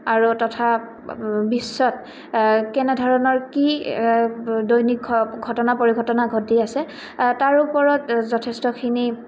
আৰু তথা বিশ্বত কেনেধৰণৰ কি দৈনিক ঘ ঘটনা পৰিঘটনা ঘটি আছে তাৰ ওপৰত যথেষ্টখিনি